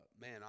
man